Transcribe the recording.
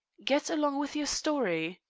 get along with your story.